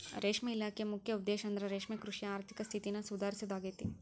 ರೇಷ್ಮೆ ಇಲಾಖೆಯ ಮುಖ್ಯ ಉದ್ದೇಶಂದ್ರ ರೇಷ್ಮೆಕೃಷಿಯ ಆರ್ಥಿಕ ಸ್ಥಿತಿನ ಸುಧಾರಿಸೋದಾಗೇತಿ